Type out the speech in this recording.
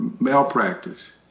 malpractice